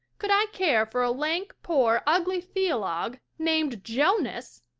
could i care for a lank, poor, ugly theologue named jonas?